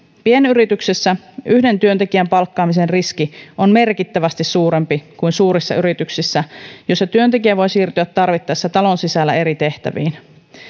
pienyrityksessä yhden työntekijän palkkaamisen riski on merkittävästi suurempi kuin suurissa yrityksissä joissa työntekijä voi siirtyä tarvittaessa talon sisällä eri tehtäviin